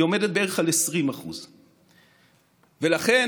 היא עומדת בערך על 20%. לכן,